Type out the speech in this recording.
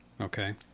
Okay